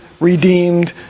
redeemed